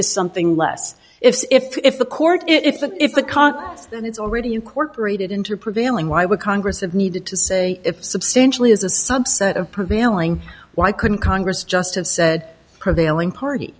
is something less if if if the court if the if a con and it's already incorporated into prevailing why would congress have needed to say if substantially is a subset of prevailing why couldn't congress just have said prevailing party